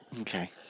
Okay